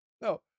No